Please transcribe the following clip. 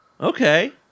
Okay